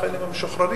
לחיילים המשוחררים,